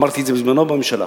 אמרתי את זה בזמנו בממשלה.